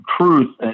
truth